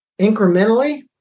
incrementally